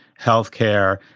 healthcare